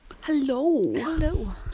Hello